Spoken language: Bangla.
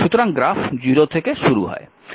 সুতরাং গ্রাফ 0 থেকে শুরু হয়